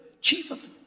Jesus